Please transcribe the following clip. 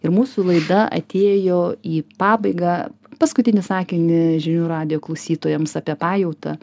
ir mūsų laida atėjo į pabaigą paskutinį sakinį žinių radijo klausytojams apie pajautą